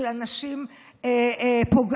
של אנשים פוגעניים.